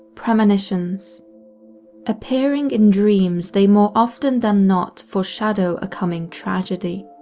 premonitions appearing in dreams, they more often than not foreshadow a coming tragedy.